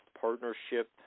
partnership